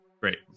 great